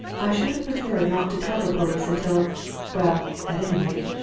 i should have preferred not to tell the police until well, at any rate,